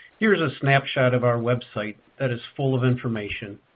here's a snapshot of our website that is full of information.